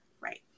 right